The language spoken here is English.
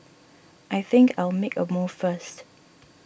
I think I'll make a move first